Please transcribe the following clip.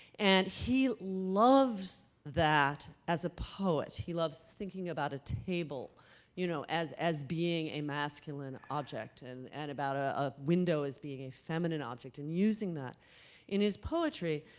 and he loves that as a poet. he loves thinking about a table you know as as being a masculine object and and about a a window as being a feminine object and using that in his poetry.